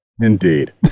Indeed